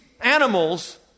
animals